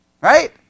Right